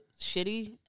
shitty